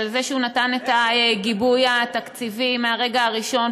על זה שהוא נתן את הגיבוי התקציבי מהרגע הראשון,